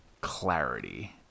clarity